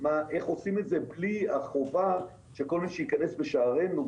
איך עושים את זה בלי החובה שכל מי שייכנס בשערינו,